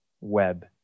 web